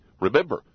Remember